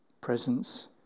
presence